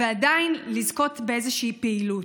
ועדיין לזכות באיזושהי פעילות.